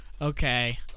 Okay